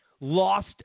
lost